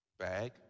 Bag